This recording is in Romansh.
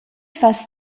fas